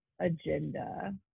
agenda